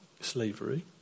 slavery